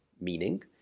meaning